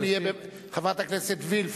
חברת הכנסת וילף,